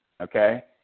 okay